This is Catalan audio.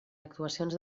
actuacions